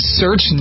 search